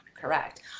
correct